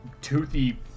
toothy